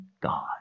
God